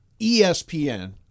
ESPN